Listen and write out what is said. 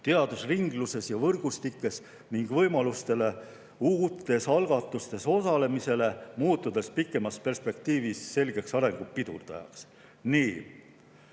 teadusringluses ja võrgustikes ning võimalustele uutes algatustes osalemisele, muutudes pikemas perspektiivis selgeks arengu pidurdajaks."